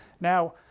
Now